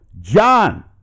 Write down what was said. John